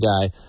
guy